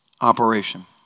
operation